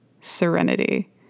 serenity